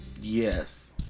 yes